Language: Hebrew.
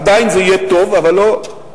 עדיין זה יהיה טוב, אבל לא,